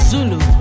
Zulu